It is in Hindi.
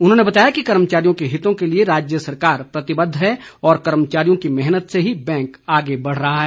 उन्होंने बताया कि कर्मचारियों के हितों के लिए राज्य सरकार प्रतिबद्ध है और कर्मचारियों की मेहनत से ही बैंक आगे बढ़ रहा है